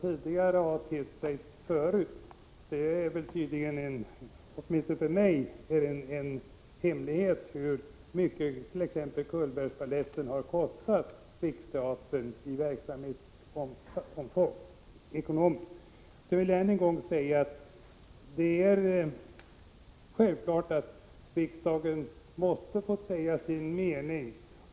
Åtminstone för mig är det alltså en hemlighet hur mycket t.ex. Cullbergbaletten kostat Riksteatern. Sedan vill jag än en gång framhålla att det är självklart att riksdagen måste få säga sin mening.